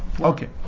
Okay